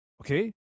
Okay